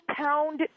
pound